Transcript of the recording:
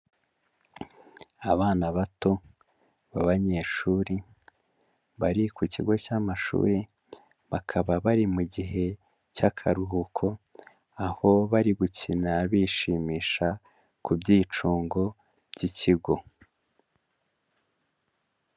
Abana bato b'abanyeshuri bari ku kigo cy'amashuri bakaba bari mu gihe cy'akaruhuko aho bari gukina bishimisha ku byicungo by'ikigo.